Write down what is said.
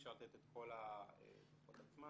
אפשר לתת את כל הדוחות עצמם.